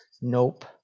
Nope